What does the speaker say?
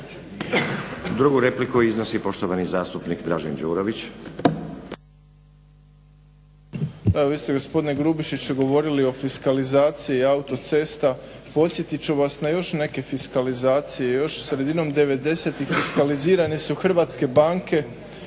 Drugu repliku iznosi poštovani zastupnik Dražen Đurović.